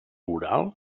oral